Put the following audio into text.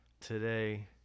today